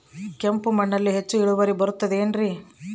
ಕೆಂಪು ಮಣ್ಣಲ್ಲಿ ಹೆಚ್ಚು ಇಳುವರಿ ಬರುತ್ತದೆ ಏನ್ರಿ?